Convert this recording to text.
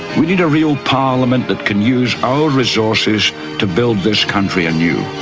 we need a real parliament that can use our resources to build this country anew.